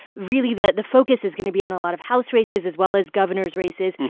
really, the the focus is going to be on a lot of house races as well as governor's races.